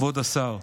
כבוד השר,